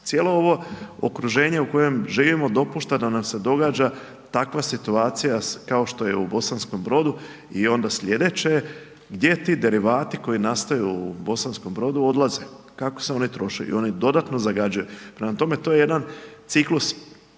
cijelo ovo okruženje u kojem živimo dopušta da nam se događa takva situacija kao što je u Bosanskom Brodu i onda slijedeće je, gdje ti derivati koji nastaju u Bosanskom Brodu odlaze, kako se oni troše i oni dodatno zagađuje. Prema tome, to je jedan ciklus